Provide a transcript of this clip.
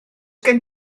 gen